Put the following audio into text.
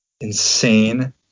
insane